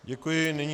Děkuji.